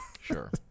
sure